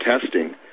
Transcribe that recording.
testing